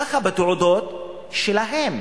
ככה זה בתעודות שלהם.